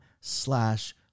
slash